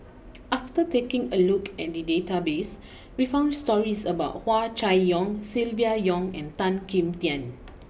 after taking a look at the database we found stories about Hua Chai Yong Silvia Yong and Tan Kim Tian